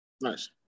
Nice